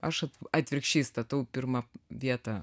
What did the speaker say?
aš atvirkščiai statau pirmą vietą